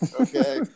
Okay